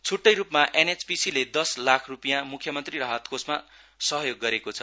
छ्ट्टै रूपमा एनएचपीसीले दस लाख रूपियाँ म्ख्यमन्त्री राहत कोषमा सहयोग गरेको छ